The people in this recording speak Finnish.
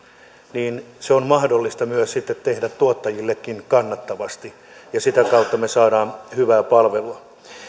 niin se on mahdollista tehdä tuottajillekin kannattavasti ja sitä kautta me saamme hyvää palvelua